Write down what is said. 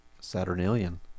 Saturnalian